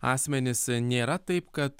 asmenis nėra taip kad